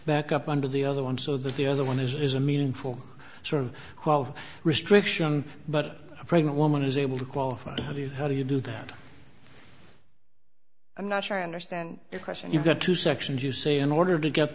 back up under the other one so that the other one is a meaningful sort of qual restriction but a pregnant woman is able to qualify how do you how do you do that i'm not sure i understand the question you've got two sections you say in order to get